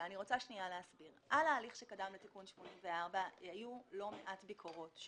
על ההליך שקדם לתיקון 84 היו לא מעט ביקורות,